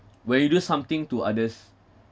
when you do something to others